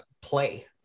play